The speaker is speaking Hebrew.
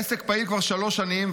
העסק פעיל כבר שלוש שנים,